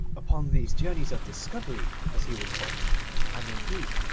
upon these journeys of discovery, as he would call them and, indeed,